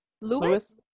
Lewis